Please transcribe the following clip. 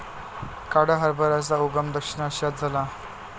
काळ्या हरभऱ्याचा उगम दक्षिण आशियात झाला